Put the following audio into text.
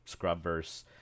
Scrubverse